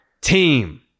team